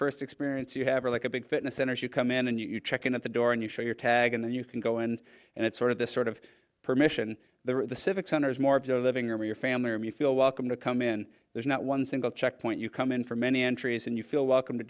first experience you have are like a big fitness centers you come in and you check in at the door and you show your tag and then you can go in and it's sort of this sort of permission the civic center is more of your living room or your family room you feel welcome to come in there's not one single checkpoint you come in for many entries and you feel welcome to